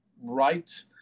right